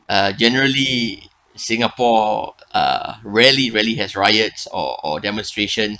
uh generally singapore uh rarely rarely has riots or or demonstration